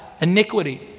iniquity